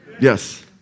Yes